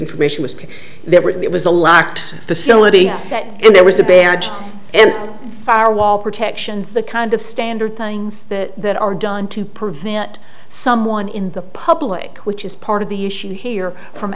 information was there it was a locked facility that there was a badge and firewall protections the kind of standard things that are done to prevent someone in the public which is part of the issue here from